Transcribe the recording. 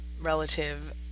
relative